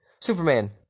Superman